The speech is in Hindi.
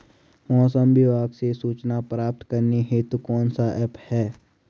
मौसम विभाग से सूचना प्राप्त करने हेतु कौन सा ऐप है?